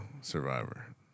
Survivor